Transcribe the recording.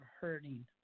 hurting